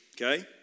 okay